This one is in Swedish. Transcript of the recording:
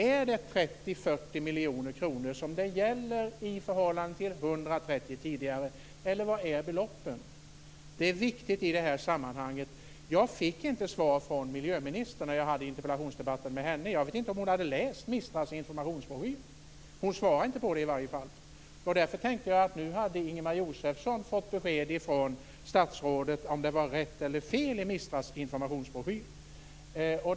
Är det 30-40 miljoner kronor som det gäller i förhållande till 130 miljoner tidigare, eller vilket är beloppet? Det är viktigt i det här sammanhanget. Jag fick inte svar från miljöministern när jag hade en interpellationsdebatt med henne. Jag vet inte om hon hade läst MISTRA:s informationsbroschyr. Hon svarade inte på frågan i varje fall. Därför tänkte jag att Ingemar Josefsson nu hade fått besked från statsrådet om det var rätt eller fel i MISTRA:s informationsbroschyr.